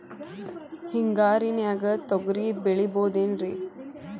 ಹಿಂಗಾರಿನ್ಯಾಗ ತೊಗ್ರಿ ಬೆಳಿಬೊದೇನ್ರೇ?